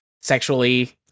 sexually